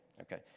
Okay